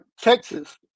Texas